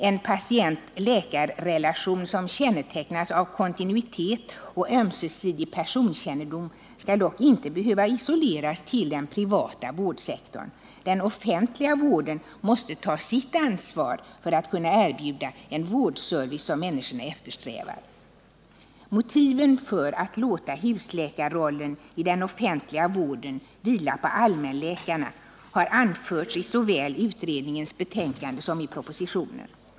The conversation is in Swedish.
En patient-läkar-relation som kännetecknas av kontinuitet och ömsesidig personkännedom skall dock inte behöva isoleras till den privata vårdsektorn. Den offentliga vården måste ta sitt ansvar för att kunna erbjuda en vårdservice som människorna efterfrågar. Motiven för att låta husläkarrollen i den offentliga vården vila på allmänläkarna har anförts såväl i utredningens betänkande som i propositionen.